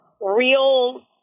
real